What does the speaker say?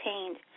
obtained